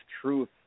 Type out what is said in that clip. truth